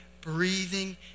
breathing